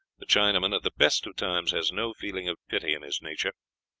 the chinaman, at the best of times, has no feeling of pity in his nature,